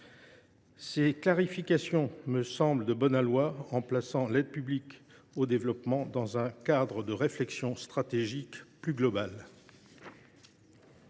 Ces clarifications me semblent de bon aloi, car elles placent l’aide publique au développement dans un cadre de réflexion stratégique plus global.